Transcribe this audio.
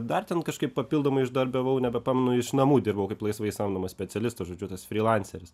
dar ten kažkaip papildomai uždarbiavau nebepamenu iš namų dirbau kaip laisvai samdomas specialistas žodžiu tas frylanceris